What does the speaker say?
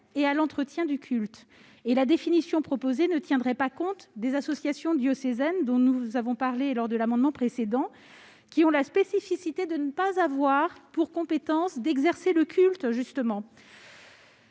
et à l'entretien du culte. La définition proposée ne tiendrait en outre pas compte des associations diocésaines, dont nous avons parlé à propos de l'amendement précédent, qui ont justement la spécificité de ne pas avoir pour compétence d'exercer le culte. En effet,